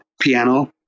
piano